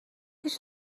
هیچ